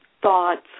Thoughts